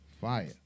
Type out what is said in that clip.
Fire